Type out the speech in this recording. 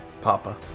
Papa